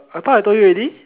I thought I told you already